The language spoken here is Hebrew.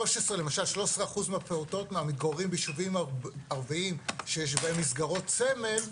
למשל 13% מהפעוטות מהמתגוררים בישובים הערביים שיש בהם מסגרות סמל,